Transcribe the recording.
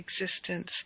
existence